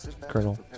Colonel